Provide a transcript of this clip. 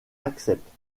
acceptent